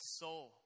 soul